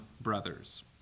brothers